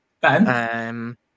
Ben